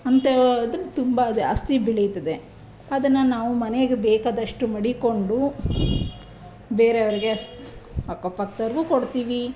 ಅಂಥವಾದ್ರೆ ತುಂಬ ಜಾಸ್ತಿ ಬೆಳೀತದೆ ಅದನ್ನು ನಾವು ಮನೆಗೆ ಬೇಕಾದಷ್ಟು ಮಡಿಕ್ಕೊಂಡು ಬೇರೆಯವರಿಗೆ ಅಷ್ ಅಕ್ಕಪಕ್ದವ್ರಿಗೂ ಕೊಡ್ತೀವಿ